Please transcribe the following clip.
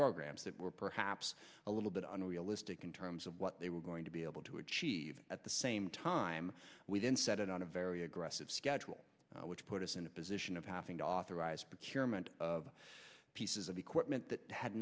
programs that were perhaps a little bit unrealistic in terms of what they were going to be able to achieve at the same time we then set it on a very aggressive schedule which put us in a position of having to authorize the chairman of pieces of equipment that had